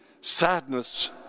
sadness